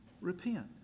Repent